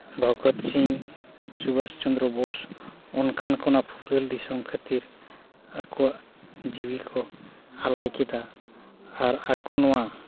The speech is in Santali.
ᱵᱷᱚᱜᱚᱛ ᱥᱤᱝ ᱥᱩᱵᱷᱟᱥ ᱪᱚᱱᱫᱨᱚ ᱵᱳᱥ ᱚᱱᱠᱟᱱ ᱠᱚ ᱚᱱᱟ ᱯᱷᱩᱨᱜᱟᱹᱞ ᱫᱤᱥᱚᱢ ᱠᱷᱟᱹᱛᱤᱨ ᱟᱠᱚᱣᱟᱜ ᱡᱤᱣᱤ ᱠᱚ ᱟᱞᱟᱭ ᱠᱮᱫᱟ ᱟᱨ ᱟᱠᱚ ᱱᱚᱣᱟ